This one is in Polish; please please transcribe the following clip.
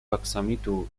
aksamitu